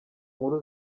nkuru